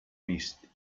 vist